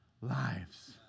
lives